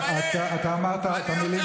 אתה אמרת את המילים